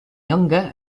younger